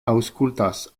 aŭskultas